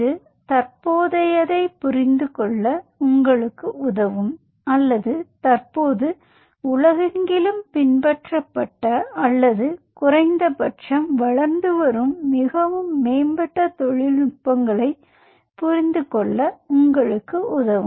இது தற்போதையதைப் புரிந்துகொள்ள உங்களுக்கு உதவும் அல்லது தற்போது உலகெங்கிலும் பின்பற்றப்பட்ட அல்லது குறைந்த பட்சம் வளர்ந்து வரும் மிகவும் மேம்பட்ட தொழில்நுட்பங்களை புரிந்துகொள்ள உங்களுக்கு உதவும்